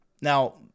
Now